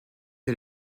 est